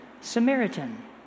Samaritan